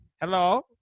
hello